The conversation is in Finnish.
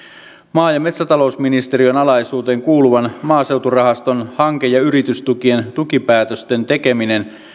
maa ja metsätalousministeriön alaisuuteen kuuluvan maaseuturahaston hanke ja yritystukien tukipäätösten tekeminen